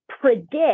predict